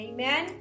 Amen